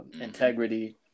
integrity